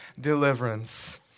deliverance